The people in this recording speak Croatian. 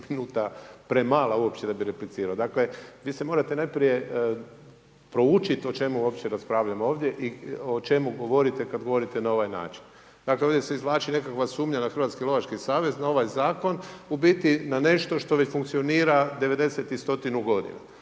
minuta premala da bih uopće replicirao. Dakle vi morate najprije proučiti o čemu uopće raspravljamo ovdje i o čemu govorite kad govorite na ovaj način. Dakle ovdje se izvlači nekakva sumnja na Hrvatski lovački savez na ovaj Zakon. U biti na nešto već funkcionira 90 ili 100 godina.